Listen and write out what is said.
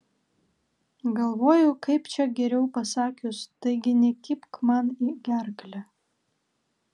galvoju kaip čia geriau pasakius taigi nekibk man į gerklę